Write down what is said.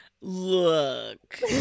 Look